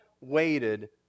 waited